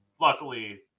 luckily